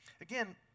Again